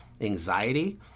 anxiety